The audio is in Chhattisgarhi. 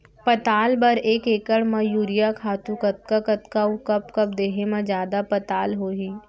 पताल बर एक एकड़ म यूरिया खातू कतका कतका अऊ कब कब देहे म जादा पताल होही?